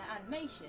animation